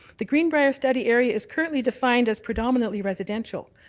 the green briar study area is currently defined as predominantly residential.